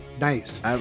Nice